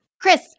Chris